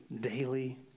daily